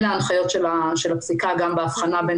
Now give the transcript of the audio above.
אלה ההנחיות של הפסיקה גם בהבחנה בין